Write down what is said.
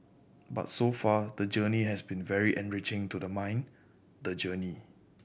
but so far the journey has been very enriching to the mind the journey